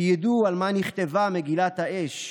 כי ידעו על מה נכתבה 'מגילת האש',